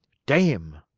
dame!